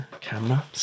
camera